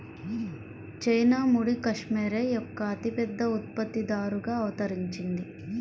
China ముడి cashmere యొక్క అతిపెద్ద ఉత్పత్తిదారుగా అవతరించింది